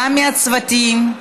גם מהצוותים.